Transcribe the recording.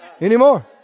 anymore